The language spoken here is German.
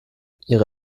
ihre